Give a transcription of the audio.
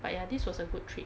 but ya this was a good trip